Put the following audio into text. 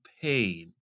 pain